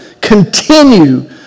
continue